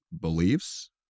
beliefs